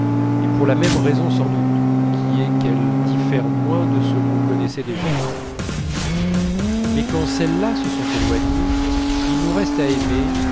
et pour la même raison sans doute qui est qu'elles diffèrent moins de ce qu'on connaissait déjà mais quand celles-là se sont éloignées il nous reste à aimer